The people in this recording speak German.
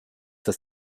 das